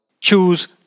Choose